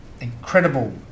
incredible